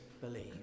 believe